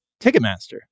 Ticketmaster